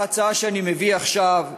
ההצעה שאני מביא עכשיו,